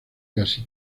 casi